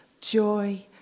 joy